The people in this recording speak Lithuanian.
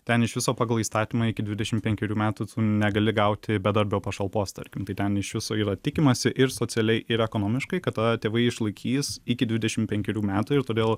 ten iš viso pagal įstatymą iki dvidešim penkerių metų negali gauti bedarbio pašalpos tarkim tai ten iš viso yra tikimasi ir socialiai ir ekonomiškai kad tave tėvai išlaikys iki dvidešim penkerių metų ir todėl